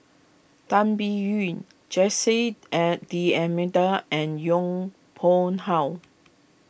Tan Biyun Jose at D'Almeida and Yong Pung How